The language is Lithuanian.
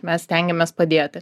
mes stengiamės padėti